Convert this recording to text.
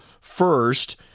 first